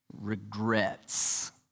regrets